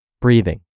breathing